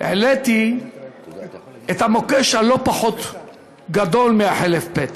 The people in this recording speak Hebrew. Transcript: העליתי את המוקש הלא-פחות גדול מהחלף פטם: